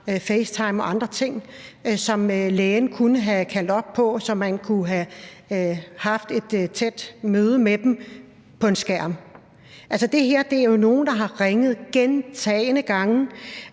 FaceTime og andre ting, som lægen kunne have kaldt op på, så man kunne have haft et tæt møde med dem på en skærm. Altså, det her er jo nogle, der har ringet gentagne gange.